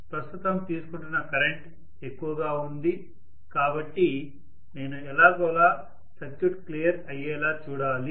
ప్రస్తుతం తీసుకుంటున్న కరెంట్ ఎక్కువగా ఉంది కాబట్టి నేను ఎలాగోలా సర్క్యూట్ క్లియర్ అయ్యేలా చూడాలి